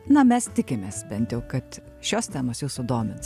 na mes tikimės bent jau kad šios temos jus sudomins